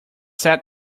sat